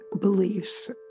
beliefs